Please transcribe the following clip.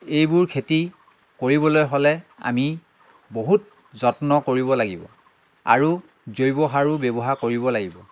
এইবোৰ খেতি কৰিবলৈ হ'লে আমি বহুত যত্ন কৰিব লাগিব আৰু জৈৱসাৰো ব্যৱহাৰ কৰিব লাগিব